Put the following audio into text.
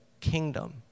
kingdom